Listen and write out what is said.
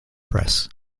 press